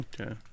okay